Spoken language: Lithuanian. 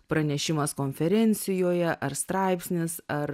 pranešimas konferencijoje ar straipsnis ar